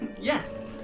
Yes